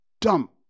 dump